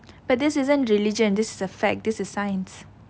but this isn't religion this is a fact this is science